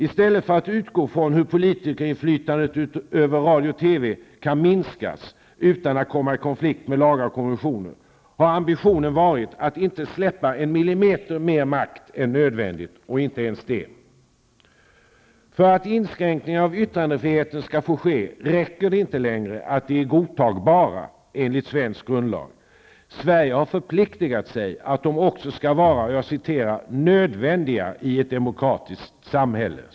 I stället för att utgå från hur politikerinflytandet över Radio/TV kan minskas utan att komma i konflikt med lagar och konventioner, har ambitionen varit att inte släppa en millimeter mer makt än nödvändigt -- och inte ens det. För att inskränkningar av yttrandefriheten skall få ske räcker det inte längre att de är godtagbara enligt svensk grundlag. Sverige har förpliktigat sig att de också skall vara ''nödvändiga i ett demokratiskt samhälle''.